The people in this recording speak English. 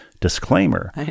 disclaimer